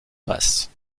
basse